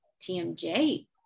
TMJ